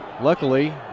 Luckily